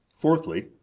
Fourthly